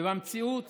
ובמציאות